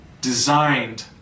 designed